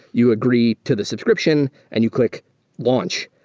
you agree to the subscription and you click launch.